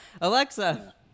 Alexa